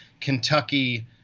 Kentucky